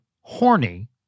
horny